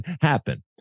happen